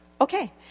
Okay